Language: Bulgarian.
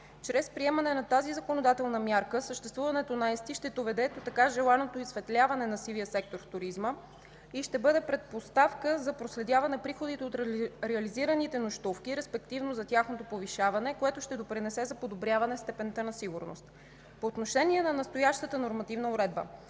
Чрез приемането на тази законодателна мярка съществуването на ЕСТИ ще доведе до така желаното изсветляване на сивия сектор в туризма и ще бъде предпоставка за проследяване на приходите от реализираните нощувки, респективно за тяхното повишаване, което ще допринесе за подобряване на степента на сигурност. По отношение на настоящата нормативна уредба,